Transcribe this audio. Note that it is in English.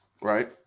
right